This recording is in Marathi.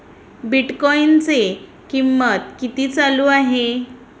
बिटकॉइनचे कीमत किती चालू आहे